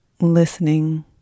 Listening